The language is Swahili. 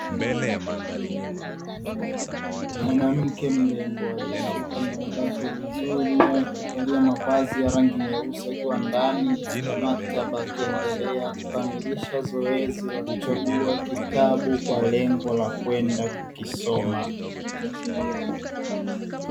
Mwanamke mrembo aliyesuka nywele zake vizuri na kuvalia mavazi ya rangi nyeusi, akiwa ndani ya maktaba akiendelea kukamilisha zoezi la kuchagua kitabu, kwa lengo la kwenda kukisoma.